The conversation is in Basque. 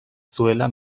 zuela